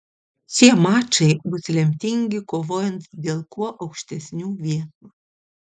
šie mačai bus lemtingi kovojant dėl kuo aukštesnių vietų